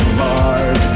mark